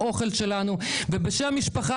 אנחנו התביישנו באוכל שלנו ובשם המשפחה